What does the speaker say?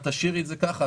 תשאירי את זה ככה,